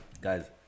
guys